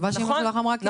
אני מקווה שאמא שלך אמרה כן.